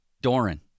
Doran